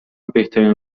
بهترین